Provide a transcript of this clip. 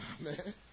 Amen